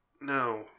no